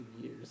Years